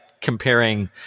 comparing